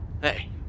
Hey